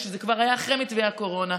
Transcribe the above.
כשזה היה כבר אחרי מתווה הקורונה.